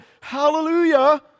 hallelujah